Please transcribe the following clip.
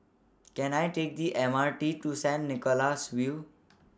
Can I Take The M R T to Saint Nicholas View